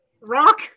rock